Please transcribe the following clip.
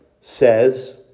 says